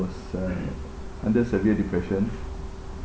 uh under severe depression